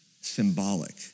symbolic